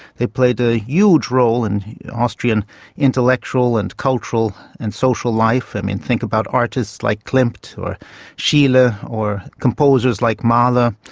they played a huge role in austrian intellectual and cultural and social life. i mean, think about artists like klimt or schiele or or composers like mahler,